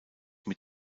mit